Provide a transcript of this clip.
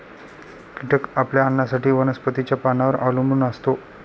कीटक आपल्या अन्नासाठी वनस्पतींच्या पानांवर अवलंबून असतो